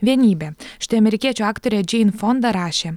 vienybę štai amerikiečių aktorė džein fonda rašė